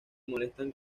molestan